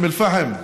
אום אל-פאחם,